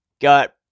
got